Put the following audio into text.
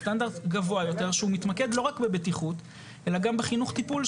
הוא סטנדרט גבוה יותר שמתמקד לא רק בבטיחות אלא גם בחינוך טיפול,